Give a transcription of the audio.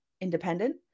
independent